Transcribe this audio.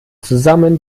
zusammen